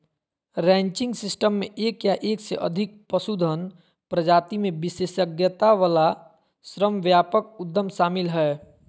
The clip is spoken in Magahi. रैंचिंग सिस्टम मे एक या एक से अधिक पशुधन प्रजाति मे विशेषज्ञता वला श्रमव्यापक उद्यम शामिल हय